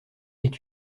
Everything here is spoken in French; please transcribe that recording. est